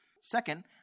Second